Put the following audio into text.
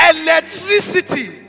electricity